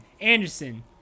Anderson